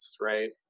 right